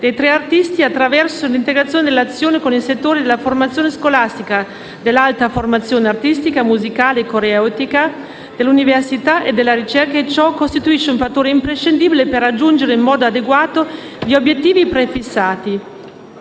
dei tre artisti attraverso l'integrazione e l'azione con il settore della formazione scolastica, dell'alta formazione artistica, musicale e coreutica, dell'università e della ricerca. Ciò costituisce un fattore imprescindibile per raggiungere in modo adeguato gli obiettivi prefissati,